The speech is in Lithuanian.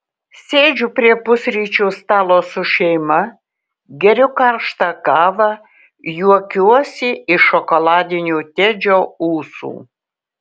sėdžiu prie pusryčių stalo su šeima geriu karštą kavą juokiuosi iš šokoladinių tedžio ūsų